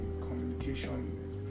communication